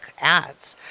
ads